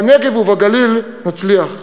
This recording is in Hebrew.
בנגב ובגליל נצליח.